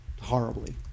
horribly